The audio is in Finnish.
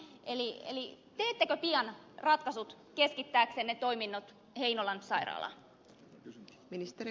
eli teettekö pian ratkaisut keskittääksenne toiminnot heinolan sairaalaan